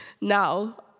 now